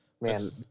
Man